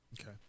Okay